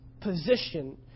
position